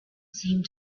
seemed